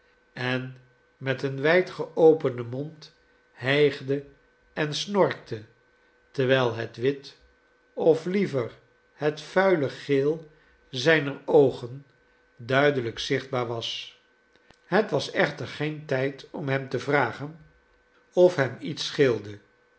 en met een wijd geopenden mond hijgde en snorkte terwijl het wit of lie ver het vuile geel zijner oogen duidelijk zichtbaar was het was echter geen tijd om hem te vragen of hem iets scheelde